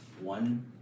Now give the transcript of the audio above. one